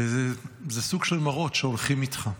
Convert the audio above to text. וזה סוג של מראות שהולכים איתך.